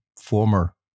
former